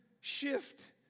shift